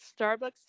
Starbucks